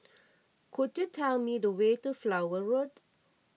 could you tell me the way to Flower Road